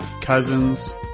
Cousins